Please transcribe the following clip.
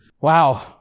Wow